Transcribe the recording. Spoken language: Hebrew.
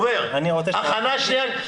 עובר הכנה לקריאה שנייה ושלישית,